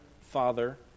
father